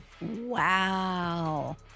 Wow